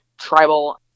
tribal